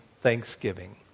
thanksgiving